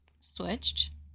switched